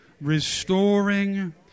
restoring